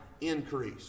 increase